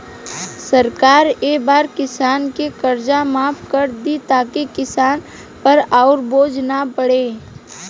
सरकार ए बार किसान के कर्जा माफ कर दि ताकि किसान पर अउर बोझ ना पड़े